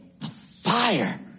afire